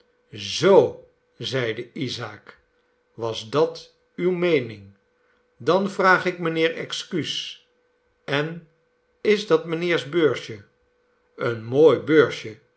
zoo zeide isaak was dat uwe meening dan vraag ik mijnheer excuus en is dat mynheers beursje een mooi beursje